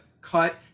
cut